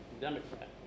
Democrat